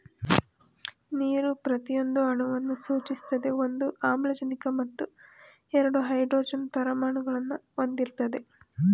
ನೀರು ಪ್ರತಿಯೊಂದು ಅಣುವನ್ನು ಸೂಚಿಸ್ತದೆ ಒಂದು ಆಮ್ಲಜನಕ ಮತ್ತು ಎರಡು ಹೈಡ್ರೋಜನ್ ಪರಮಾಣುಗಳನ್ನು ಹೊಂದಿರ್ತದೆ